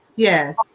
Yes